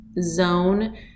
zone